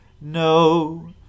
No